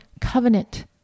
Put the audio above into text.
covenant